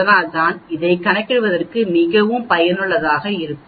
அதனால் தான் இதைக் கணக்கிடுவதற்கு மிகவும் பயனுள்ளதாக இருக்கும்